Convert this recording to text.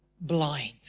blind